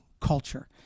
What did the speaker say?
culture